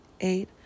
eight